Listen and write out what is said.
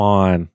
on